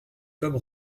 comme